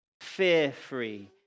fear-free